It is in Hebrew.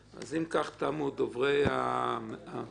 אם כך, תמו דוברי הממלכה.